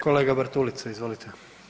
Kolega Bartulica, izvolite.